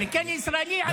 בכלא ישראלי,